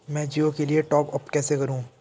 मैं जिओ के लिए टॉप अप कैसे करूँ?